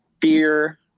fear